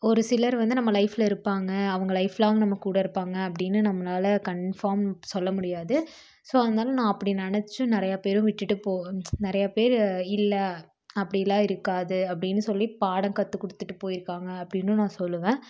ஒரு சிலர் வந்து நம்ம லைஃபில் இருப்பாங்க அவங்க லைஃப்லாங் நம்ம கூட இருப்பாங்க அப்படின்னு நம்மளால கன்ஃபார்ம் சொல்ல முடியாது ஸோ அதனால் நான் அப்படி நினச்சும் நிறையா பேர விட்டுட்டு போக நிறையா பேர் இல்லை அப்படிலா இருக்காது அப்படின்னு சொல்லி பாடம் கற்று கொடுத்துட்டு போயிருக்காங்க அப்படின்னு நான் சொல்லுவன்